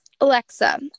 Alexa